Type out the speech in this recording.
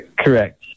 Correct